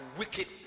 wicked